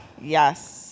Yes